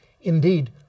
Indeed